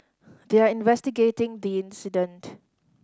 they are investigating the incident